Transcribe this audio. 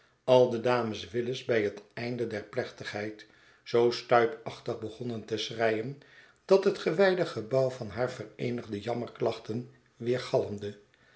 al de dames willis bij het einde der plechtigheid zoo stuipachtig begonnen te schreien dat het gewijde gebouw van haar vereenigde jammerklachten